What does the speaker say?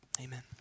amen